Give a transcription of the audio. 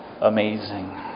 amazing